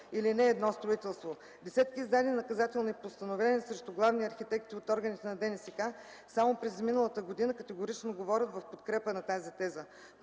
или не едно строителство. Десетки издадени наказателни постановления срещу главни архитекти от органите на ДНСК само през изминалата година категорично говорят в подкрепа на тази теза.